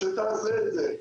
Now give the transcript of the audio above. שתעשה את זה,